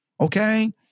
Okay